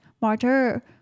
martyr